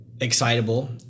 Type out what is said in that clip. excitable